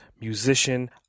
musician